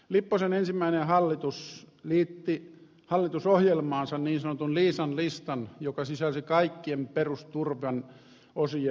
lipposen ensimmäinen hallitus liitti hallitusohjelmaansa niin sanotun liisan listan joka sisälsi kaikkien perusturvan osien leikkauksia